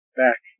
back